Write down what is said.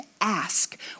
ask